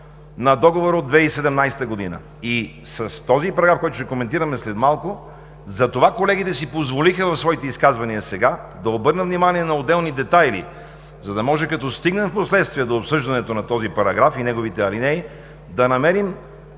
на договора от 2017 г. и с този параграф, който ще коментираме след малко. Затова колегите си позволиха в своите изказвания сега да обърнат внимание на отделни детайли, за да може като стигнем впоследствие до обсъждането на този параграф и неговите алинеи, да намерим